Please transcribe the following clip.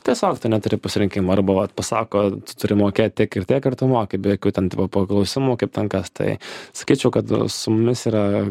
tiesiog tu neturi pasirinkimo arba vat pasako turi mokėt tiek ir tiek ir tu moki be jokių ten tipo paklausimų kaip ten kas tai sakyčiau kad su mumis yra